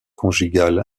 conjugale